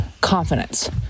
confidence